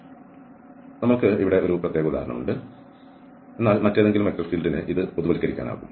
അതിനാൽ നമ്മൾക്ക് ഇവിടെയുണ്ട് ഇത് ഒരു പ്രത്യേക ഉദാഹരണമാണ് എന്നാൽ മറ്റേതെങ്കിലും മറ്റേതെങ്കിലും വെക്റ്റർ ഫീൽഡിന് ഇത് പൊതുവൽക്കരിക്കാനാകും